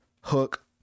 hook